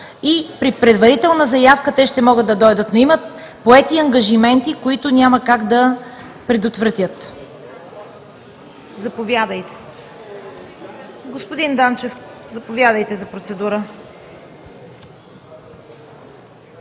и при предварителна заявка те ще могат да дойдат, но имат поети ангажименти, които няма как да предотвратят.